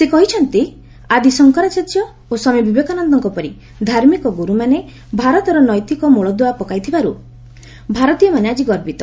ସେ କହିଛନ୍ତି ଆଦି ଶଙ୍କରାଚାର୍ଯ୍ୟ ଓ ସ୍ୱାମୀ ବିବେକାନନ୍ଦଙ୍କ ପରି ଧାର୍ମିକ ଗୁରୁମାନେ ଭାରତର ନୈତିକ ମୂଳଦୁଆ ପକାଇଥିବାରୁ ଭାରତୀୟମାନେ ଆଜି ଗର୍ବିତ